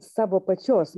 savo pačios